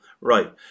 right